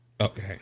Okay